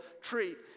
treat